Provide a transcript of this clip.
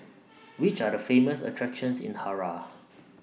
Which Are The Famous attractions in Harare